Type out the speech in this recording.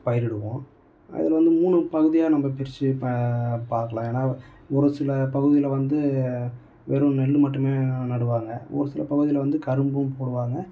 பயிரிடுவோம் அதில் வந்து மூணு பகுதியாக நம்ம பிரித்து பா பார்க்கலாம் ஏன்னால் ஒரு சில பகுதியில் வந்து வெறும் நெல் மட்டுமே நடுவாங்க ஒரு சில பகுதியில் வந்து கரும்பும் போடுவாங்க